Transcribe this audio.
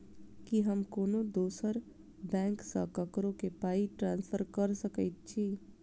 की हम कोनो दोसर बैंक सँ ककरो केँ पाई ट्रांसफर कर सकइत छि?